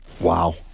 Wow